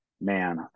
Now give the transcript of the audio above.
man